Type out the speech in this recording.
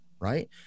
right